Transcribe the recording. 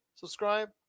Subscribe